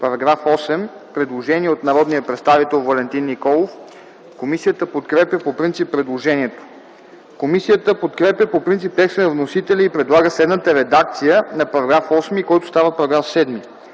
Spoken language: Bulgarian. Параграф 23. Предложение от народния представител Валентин Николов. Комисията подкрепя по принцип предложението. Комисията подкрепя по принцип текста на вносителя и предлага следната редакция на § 23, който става § 26: „§